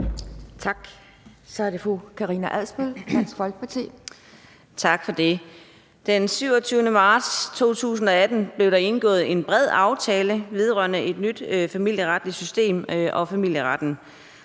11:39 (Ordfører) Karina Adsbøl (DF): Tak for det. Den 27. marts 2018 blev der indgået en bred aftale vedrørende et nyt familieretligt system og familieretten.